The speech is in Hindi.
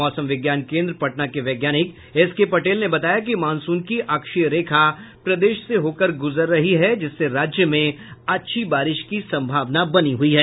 मौसम विज्ञान केन्द्र पटना के वैज्ञानिक एसके पटेल ने बताया कि मॉनसून की अक्षीय रेखा प्रदेश से होकर गुजर रही है जिससे राज्य में अच्छी बारिश की संभावना बनी हुई है